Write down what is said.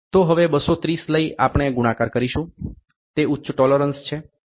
તો હવે 230 લઇ આપણે ગુણાકાર કરીશું તે ઉચ્ચ ટોલોરન્સ છે